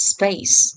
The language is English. Space